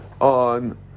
on